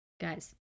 guys